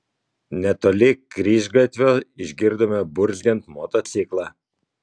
netoli kryžgatvio išgirdome burzgiant motociklą